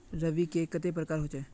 रवि के कते प्रकार होचे?